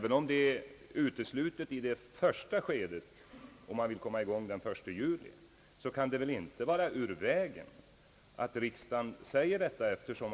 Även om det kan vara uteslutet i det första skedet om man vill komma i gång den 1 juli, vore det på sin plats att riksdagen här uttalar sin mening.